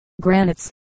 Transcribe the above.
Granites